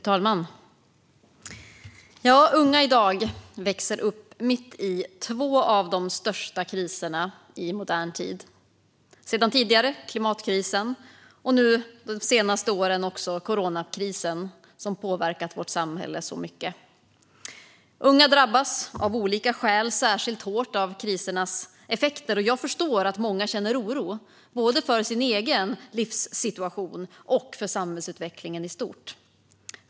Fru talman! Unga i dag växer upp mitt i två av de största kriserna i modern tid - sedan tidigare klimatkrisen och de senaste åren också coronakrisen, som har påverkat vårt samhälle så mycket. Unga drabbas av olika skäl särskilt hårt av krisernas effekter, och jag förstår att många känner oro både för sin egen livssituation och för samhällsutvecklingen i stort.